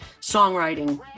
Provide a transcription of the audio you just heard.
songwriting